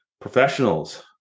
professionals